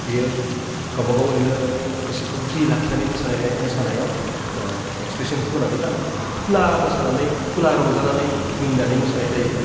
बियो गावबागाव ओरैनो गोसोखौ फ्रि लाखिनानै मोसानायाव एक्सप्रेस'नखौ होनानै बा खुब खुला मोसानानै खुब खुला रंजानानै मिनिनानै मोसानाय जायो